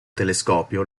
telescopio